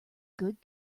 good